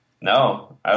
No